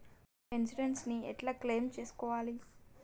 నా ఇన్సూరెన్స్ ని ఎట్ల క్లెయిమ్ చేస్కోవాలి?